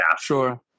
Sure